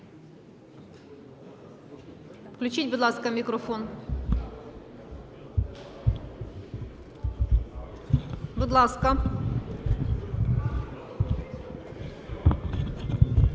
Включіть, будь ласка, мікрофон. Будь ласка.